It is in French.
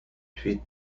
puis